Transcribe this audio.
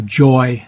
joy